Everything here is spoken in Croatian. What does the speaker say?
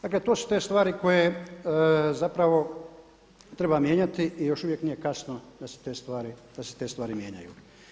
Dakle, to su te stvari koje zapravo treba mijenjati i još uvijek nije kasno sa se te stvari mijenjaju.